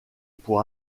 pour